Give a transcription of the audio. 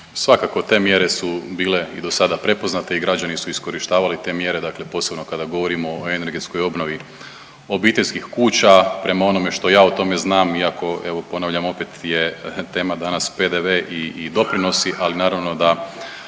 Svakako te mjere su bile i dosada prepoznate i građani su iskorištavali te mjere dakle posebno kada govorimo o energetskoj obnovi obiteljskih kuća. Prema onome što ja o tome znam iako evo ponavljam opet je tema danas PDV i doprinosi, ali naravno da